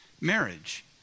marriage